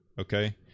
Okay